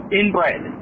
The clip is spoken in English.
inbred